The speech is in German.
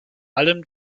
allem